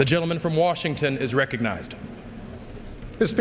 the gentleman from washington is recognized this